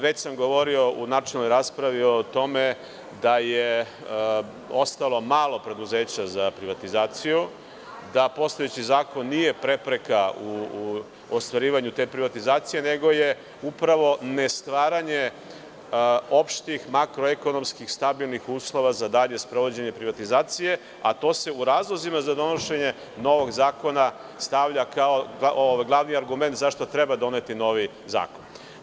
Već sam govorio u načelnoj raspravi o tome da je ostalo malo preduzeća za privatizaciju, da postojeći zakon nije prepreka u ostvarivanju te privatizacije, nego je upravo ne stvaranje opštih makro-ekonomskih stabilnih uslova za dalje sprovođenje privatizacije, a to se u razlozima za donošenje novog zakona stavlja kao glavni argument za šta treba doneti novi zakon.